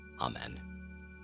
Amen